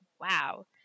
wow